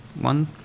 one